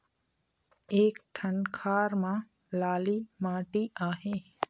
एक ठन खार म लाली माटी आहे?